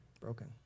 broken